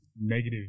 negative